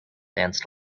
danced